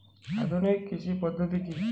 আধুনিক কৃষি পদ্ধতি কী?